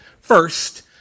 First